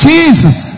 Jesus